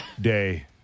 day